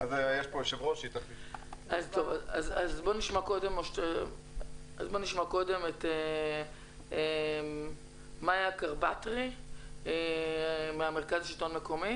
בואו נשמע קודם את מאיה קרבטרי מהמרכז לשלטון מקומי,